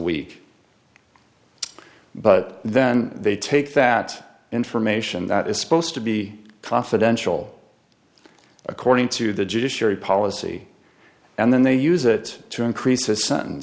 week but then they take that information that is supposed to be confidential according to the judiciary policy and then they use it to increase the s